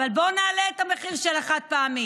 אז בואו נעלה את המחיר של החד-פעמי.